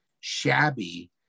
shabby